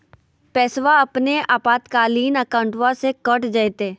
पैस्वा अपने आपातकालीन अकाउंटबा से कट जयते?